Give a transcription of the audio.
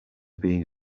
being